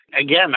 Again